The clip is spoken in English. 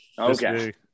Okay